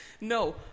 No